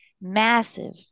massive